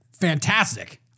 fantastic